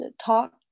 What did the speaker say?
Talk